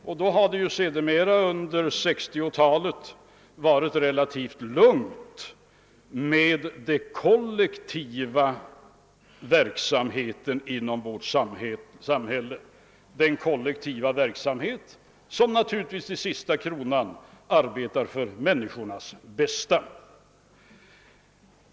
Sedermera, under 1960-talet, har det varit relativt lugnt om den kollektiva verksamhet inom vårt samhälle som naturligtvis till sista kronan arbetar för människornas bästa.